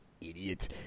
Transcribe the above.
idiot